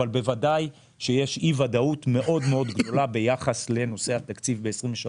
אבל בוודאי יש אי-ודאות מאוד גדולה ביחס לנושא התקציב ב-2023,